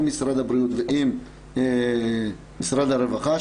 עם משרד הבריאות ועם משרד הרווחה,